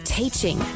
teaching